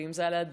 ואם זה הלדינו,